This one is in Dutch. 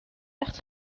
echt